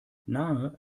nahe